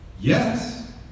Yes